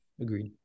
agreed